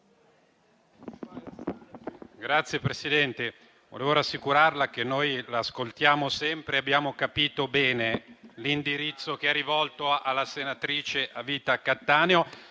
Signor Presidente, vorrei rassicurarla che noi la ascoltiamo sempre e che abbiamo capito bene l'indirizzo che ha rivolto alla senatrice a vita Cattaneo.